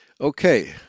Okay